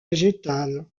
végétal